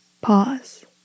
pause